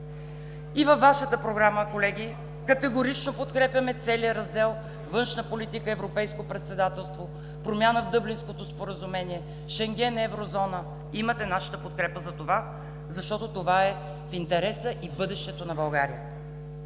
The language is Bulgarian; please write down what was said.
И във Вашата програма, колеги, категорично подкрепяме целия Раздел „Външна политика, европейско председателство“, промяна в Дъблинското споразумение, Шенген – Еврозона, имате нашата подкрепа за това, защото това е в интереса и бъдещето на България.